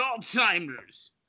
Alzheimer's